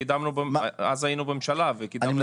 אז היינו בממשלה וקידמנו את זה בכנסת ה-20 יחד אתכם.